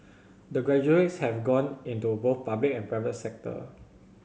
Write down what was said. the graduates have gone into both public and private sector